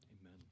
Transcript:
Amen